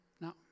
no